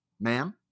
ma'am